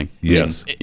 Yes